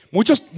Muchos